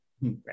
right